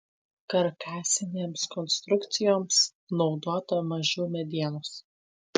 karkasinėms konstrukcijoms naudota mažiau medienos